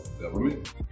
government